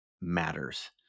matters